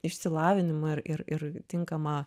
išsilavinimą ir ir tinkamą